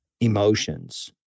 emotions